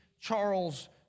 Charles